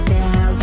now